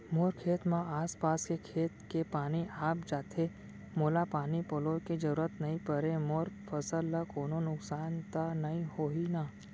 मोर खेत म आसपास के खेत के पानी आप जाथे, मोला पानी पलोय के जरूरत नई परे, मोर फसल ल कोनो नुकसान त नई होही न?